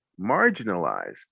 marginalized